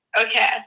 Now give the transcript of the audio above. Okay